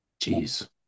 Jeez